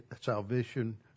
salvation